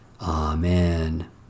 Amen